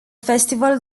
festival